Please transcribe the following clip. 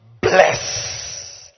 bless